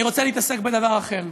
אני רוצה להתעסק בדבר אחר.